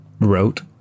wrote